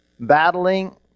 Battling